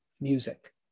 Music